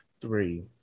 three